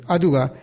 Aduga